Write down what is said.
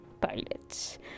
pilots